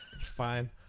Fine